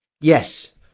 Yes